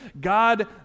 God